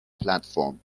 platform